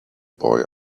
boy